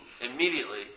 immediately